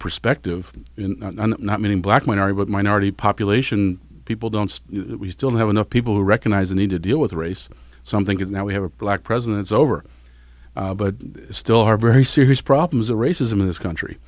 perspective not many black men are but minority population people don't we still have enough people who recognize the need to deal with race something that we have a black president over but still are very serious problems of racism in this country